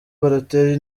balotelli